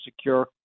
secure